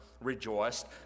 rejoiced